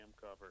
cover